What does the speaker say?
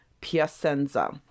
Piacenza